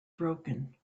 broken